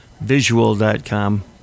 visual.com